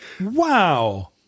Wow